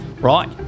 right